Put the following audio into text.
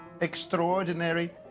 extraordinary